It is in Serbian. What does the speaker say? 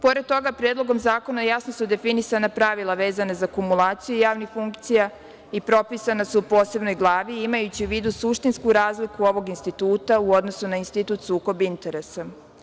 Pored toga, Predlogom zakona jasno su definisana pravila vezana za akumulaciju javnih funkcija i propisana su u posebnoj glavi, imajući u vidu suštinsku razliku ovog instituta u odnosu na institut sukoba interesa.